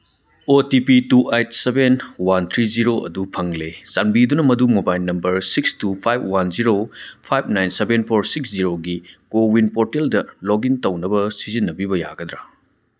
ꯑꯣ T P two eight seven one three zero ꯑꯗꯨ ꯐꯪꯂꯦ ꯆꯥꯟꯕꯤꯗꯨꯅ ꯃꯗꯨ mobile number six two five one zero five nine seven four six ꯖꯤꯔꯣꯒꯤ CoWIN ꯄꯣꯔꯇꯦꯜꯗ ꯂꯣꯛꯏꯟ ꯇꯧꯅꯕ ꯁꯤꯖꯤꯟꯅꯕꯤꯕ ꯌꯥꯒꯗ꯭ꯔ